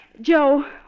Joe